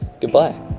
Goodbye